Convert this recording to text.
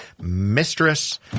mistress